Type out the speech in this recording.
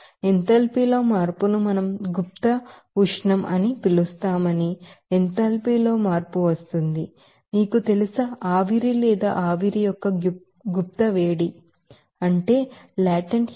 enthalpy లో మార్పు ను మనం లేటెంట్ హీట్ అని పిలుస్తామని ఎంథాల్పీ లో మార్పు వస్తుంది మీకు తెలుసా ఆవిరి లేదా ఆవిరి యొక్క లేటెంట్ హీట్